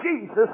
Jesus